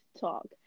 talk